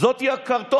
זאת היא הקרטון,